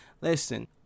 Listen